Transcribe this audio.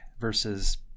versus